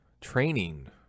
training